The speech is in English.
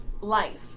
life